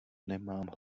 nemám